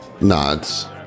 nods